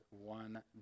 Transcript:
one